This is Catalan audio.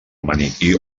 maniquí